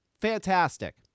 fantastic